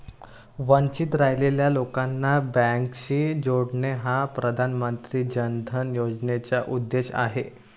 वंचित राहिलेल्या लोकांना बँकिंगशी जोडणे हा प्रधानमंत्री जन धन योजनेचा उद्देश आहे